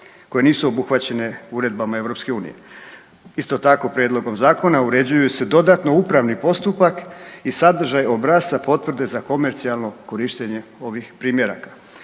koje nisu obuhvaćene uredbama EU. Isto tako, prijedlogom zakona uređuju se dodatno upravni postupak i sadržaj obrasca potvrde za komercijalno korištenje ovih primjeraka.